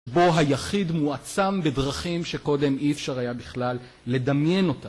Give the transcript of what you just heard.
בו היחיד מועצם בדרכים שקודם אי אפשר היה בכלל לדמיין אותם.